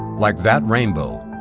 like that rainbow,